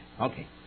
Okay